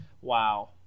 wow